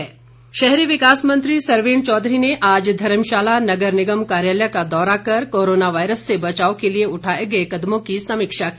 सरवीण शहरी विकास मंत्री सरवीण चौधरी ने आज धर्मशाला नगर निगम कार्यालय का दौरा कर कोरोना वायरस से बचाव के लिए उठाए गए कदमों की समीक्षा की